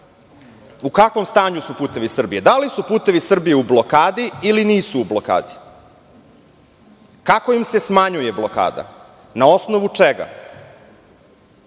u kakvom stanju su "Putevi Srbije"? Da li su "Putevi Srbije" u blokadi ili nisu u blokadi? Kako im se smanjuje blokada i na osnovu čega?